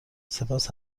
سپس